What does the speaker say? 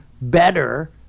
better